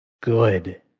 good